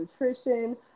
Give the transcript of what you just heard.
Nutrition